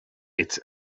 its